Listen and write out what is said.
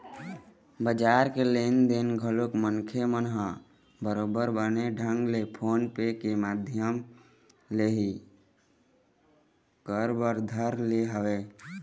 बजार के लेन देन घलोक मनखे मन ह बरोबर बने ढंग ले फोन पे के माधियम ले ही कर बर धर ले हवय